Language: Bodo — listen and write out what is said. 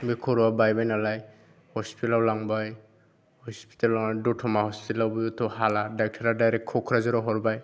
बे खर'आ बायबाय नालाय हस्पिटालाव लांबाय हस्पिटालाव लांनानै दतमा हस्पिटालावबोथ' हाला ड'क्टरा डाइरेक्ट क'क्राझाराव हरबाय